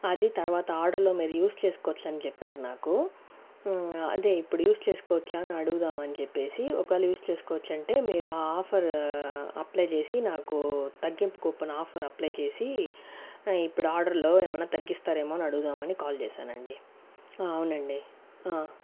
అది తర్వాత ఆర్డర్ లో మీరు యూస్ చేసుకోవచ్చని చెప్పారు నాకు అదే ఇప్పుడు యూస్ చేసుకోవచ్చా అని అడుగుదామని చెప్పేసి ఒకవేళ యూస్ చేసుకోవచ్చంటే మీరు ఆ ఆఫర్ అప్లై చేసి నాకు తగ్గింపు కూపన్ ఆఫర్ అప్లై చేసి ఇప్పుడు ఆర్డర్ లో ఏమైనా తగ్గిస్తారేమో అని అడుగుదామని కాల్ చేశానండి అవునండి